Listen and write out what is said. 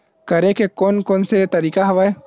करे के कोन कोन से तरीका हवय?